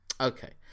Okay